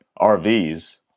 RVs